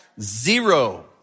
zero